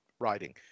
writing